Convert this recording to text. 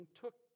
took